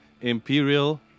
Imperial